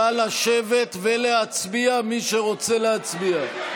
נא לשבת ולהצביע, מי שרוצה להצביע.